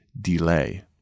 delay